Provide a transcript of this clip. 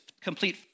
complete